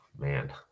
Man